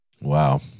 wow